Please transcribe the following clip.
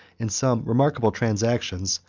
in some remarkable transactions,